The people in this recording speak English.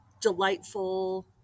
delightful